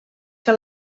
que